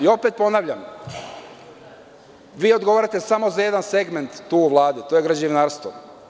Opet ponavljam, vi odgovarate samo za jedan segment tu u Vladi, a to je građevinarstvo.